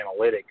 analytics